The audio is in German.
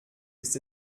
ist